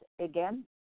again